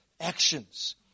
actions